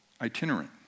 itinerant